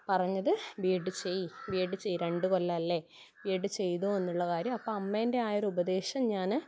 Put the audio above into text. പറഞ്ഞത് B Ed ചെയ് B Ed ചെയ് രണ്ട് കൊല്ലം അല്ലെ ബി എഡ് ചെയ്തോ എന്നുള്ള കാര്യം അപ്പ അമ്മേൻ്റെ ആ ഒര് ഉപദേശം ഞാന്